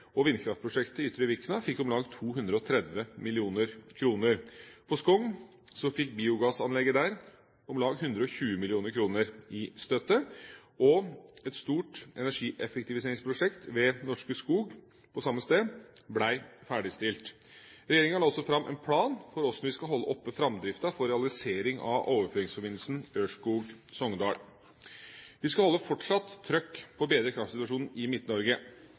tida. Vindkraftprosjektet i Ytre Vikna fikk om lag 230 mill. kr. Biogassanlegget på Skogn fikk om lag 120 mill. kr i støtte. Et stort energieffektiviseringsprosjekt ved Norske Skog på samme sted ble ferdigstilt. Regjeringa la også fram en plan for hvordan vi skal holde oppe framdriften for realisering av overføringsforbindelsen Ørskog–Sogndal. Vi skal fortsatt holde trøkk på å bedre kraftsituasjonen i